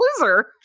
loser